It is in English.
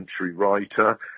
writer